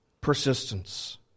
persistence